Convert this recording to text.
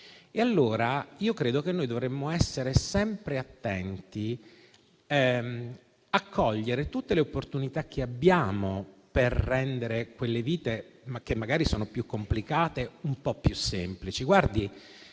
Credo quindi che dovremmo essere sempre attenti a cogliere tutte le opportunità che abbiamo per rendere quelle vite, che magari sono complicate, un po' più semplici.